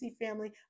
family